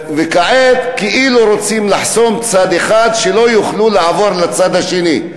וכעת כאילו רוצים לחסום צד אחד שלא יוכלו לעבור לצד השני.